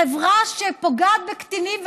חברה שפוגעת בקטינים,